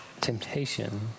temptation